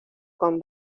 con